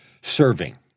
serving